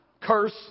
curse